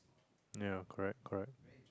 yeah correct correct